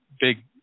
big